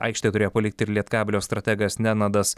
aikštę turėjo palikti ir lietkabelio strategas nenadas